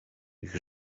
ich